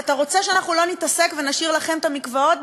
אתה רוצה שלא נתעסק ונשאיר לכם את המקוואות?